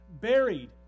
buried